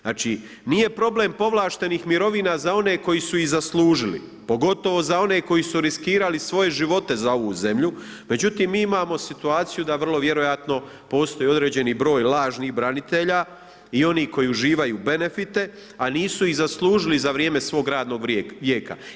Znači nije problem povlaštenih mirovina za one koji su ih zaslužili pogotovo za one koji su riskirali svoje živote za ovu zemlju međutim mi imamo situaciju da vrlo vjerojatno postoji određeni broj lažnih branitelja i onih koji uživaju benefite a nisu ih zaslužili za vrijeme svog radnog vijeka.